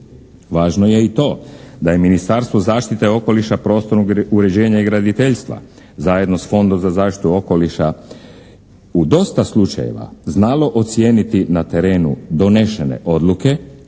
Važno je i to da je Ministarstvo zaštite okoliša, prostornog uređenja i graditeljstva zajedno s Fondom za zaštitu okoliša u dosta slučajeva znalo ocijeniti na terenu donesene odluke,